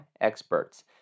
experts